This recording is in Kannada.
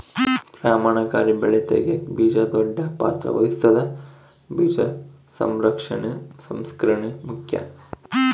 ಪರಿಣಾಮಕಾರಿ ಬೆಳೆ ತೆಗ್ಯಾಕ ಬೀಜ ದೊಡ್ಡ ಪಾತ್ರ ವಹಿಸ್ತದ ಬೀಜ ಸಂರಕ್ಷಣೆ ಸಂಸ್ಕರಣೆ ಮುಖ್ಯ